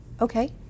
Okay